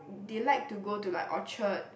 they like to go to like Orchard